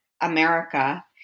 America